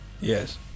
yes